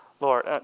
Lord